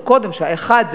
גם קודם כשהיה אחד,